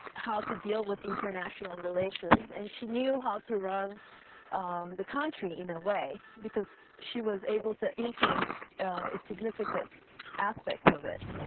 how to deal with international relations, and she knew how to run the country in a way, because she was able to influence, ah, a significant aspect of it.